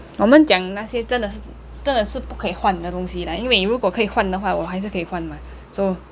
我们讲那些真的真的是不可以换的东西因为如果可以换的话我还是可以换嘛 so